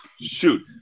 shoot